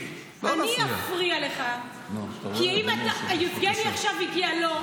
אני אפריע לך, יבגני עכשיו הגיע, לא?